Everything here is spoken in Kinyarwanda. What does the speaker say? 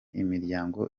imiryango